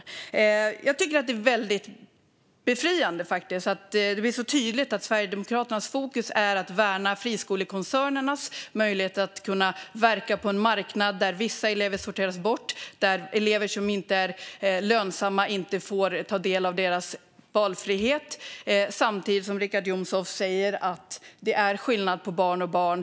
Jag tycker faktiskt att det är väldigt befriande att det blir så tydligt att Sverigedemokraternas fokus är att värna friskolekoncernernas möjligheter att verka på en marknad där vissa elever sorteras bort och där elever som inte är lönsamma inte får ta del av valfriheten. Samtidigt säger Richard Jomshof att det är skillnad på barn och barn.